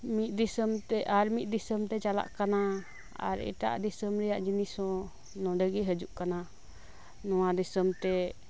ᱢᱤᱫ ᱫᱤᱥᱚᱢ ᱛᱮ ᱟᱨ ᱢᱤᱫ ᱫᱤᱥᱚᱢ ᱛᱮ ᱪᱟᱞᱟᱜ ᱠᱟᱱᱟ ᱟᱨ ᱮᱴᱟᱜ ᱫᱤᱥᱚᱢ ᱨᱮᱭᱟᱜ ᱡᱤᱱᱤᱥ ᱦᱚᱸ ᱱᱚᱰᱮ ᱜᱮ ᱦᱤᱡᱩᱜ ᱠᱟᱱᱟ ᱱᱚᱶᱟ ᱫᱤᱥᱚᱢ ᱛᱮ